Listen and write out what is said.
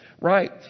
right